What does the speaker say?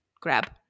grab